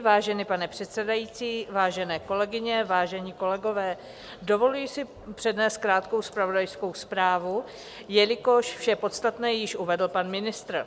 Vážený pane předsedající, vážené kolegyně, vážení kolegové, dovoluji si přednést krátkou zpravodajskou zprávu, jelikož vše podstatné již uvedl pan ministr.